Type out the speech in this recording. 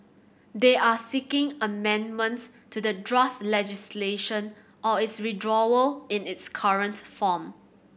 they are seeking amendments to the draft legislation or its withdrawal in its current form